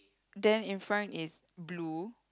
then in front is blue